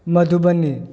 Madhubani